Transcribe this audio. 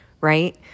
right